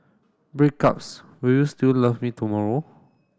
breakups will you still love me tomorrow